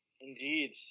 Indeed